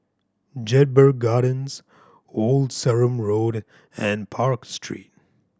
Jedburgh Gardens Old Sarum Road and Park Street